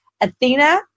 Athena